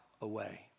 away